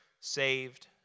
saved